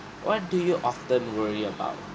what do you often worry about